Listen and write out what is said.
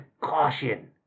caution